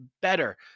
better